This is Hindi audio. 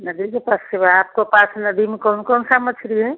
नदी के पास सेवा आपको पास नदी में कौन कौन सा मछली है